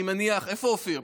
איפה אופיר?